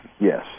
Yes